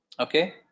Okay